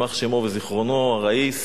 יימח שמו וזיכרונו, הראיס,